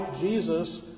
Jesus